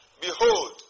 Behold